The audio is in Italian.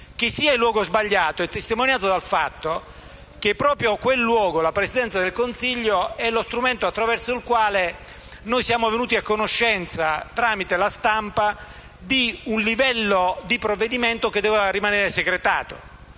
che sia il luogo sbagliato è testimoniato dal fatto che proprio la Presidenza del Consiglio è la fonte attraverso la quale siamo venuti a conoscenza, grazie alla stampa, di un livello di provvedimento che doveva rimanere segretato,